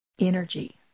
energy